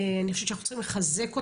אני חושבת שאנחנו צריכים לחזק אתכם,